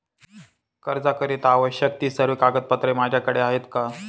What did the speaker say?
कर्जाकरीता आवश्यक ति सर्व कागदपत्रे माझ्याकडे आहेत का?